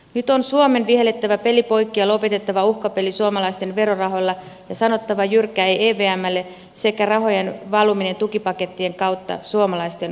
nyt on suomen vihellettävä peli poikki ja lopetettava uhkapeli suomalaisten verorahoilla ja sanottava jyrkkä ei evmlle sekä rahojen valumiselle tukipakettien kautta suomalaisten ulottumattomiin